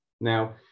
Now